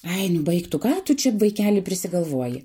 ai nu baik tu ką tu čia vaikeli prisigalvoji